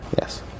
Yes